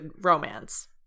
romance